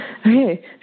Okay